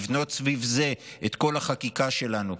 לבנות סביב זה את כל החקיקה שלנו,